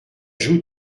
joue